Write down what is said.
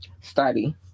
Study